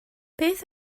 beth